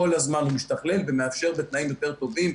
כל הזמן הוא משתכלל ומאפשר בתנאים יותר טובים,